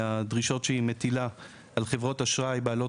הדרישות שרשות שוק ההון מטילה על חברות אשראי בעלות